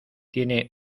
tiene